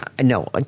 No